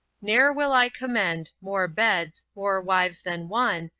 ne'er will i commend more beds, more wives than one,